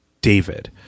David